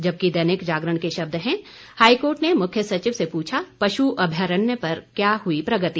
जबकि दैनिक जागरण के शब्द हैं हाईकोर्ट ने मुख्य सचिव से पूछा पश् अभ्यारण्य पर क्या हुई प्रगति